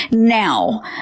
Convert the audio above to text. now,